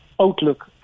outlook